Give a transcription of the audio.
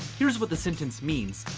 here's what the sentence means.